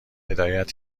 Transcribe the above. هدایت